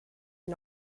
are